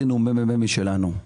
כי עשינו מ.מ.מ משלנו,